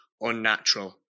unnatural